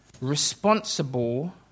Responsible